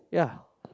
ya